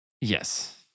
Yes